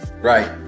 right